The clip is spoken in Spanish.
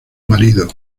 marido